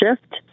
shift